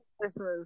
Christmas